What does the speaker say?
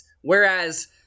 whereas